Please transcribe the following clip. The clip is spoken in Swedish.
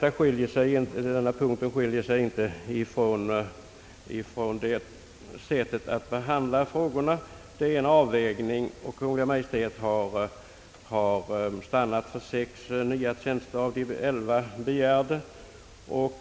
Be handlingssättet för denna fråga skiljer sig således inte från sättet att behandla andra frågor. Kungl. Maj:t har stannat för sex nya tjänster av de elva begärda,